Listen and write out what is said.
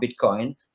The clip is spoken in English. Bitcoin